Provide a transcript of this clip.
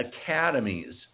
academies